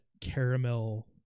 caramel